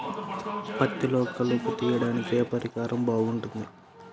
పత్తిలో కలుపు తీయడానికి ఏ పరికరం బాగుంటుంది?